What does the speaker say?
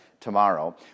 tomorrow